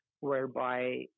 whereby